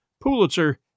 Pulitzer